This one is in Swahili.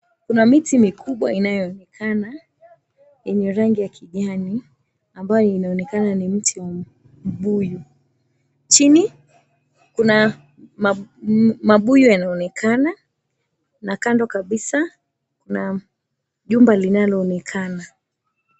Kuna miti mikubwa inayoonekana yenye rangi ya kijani, ambayo inaonekana ni mti mbuyu. Chini kuna mabuyu yanaonekana na kando kabisa kuna jumba linaloonekana.